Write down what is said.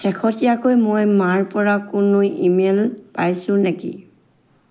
শেহতীয়াকৈ মই মাৰ পৰা কোনো ইমেইল পাইছোঁ নেকি